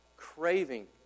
Craving